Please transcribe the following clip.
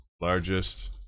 largest